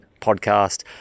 podcast